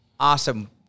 Awesome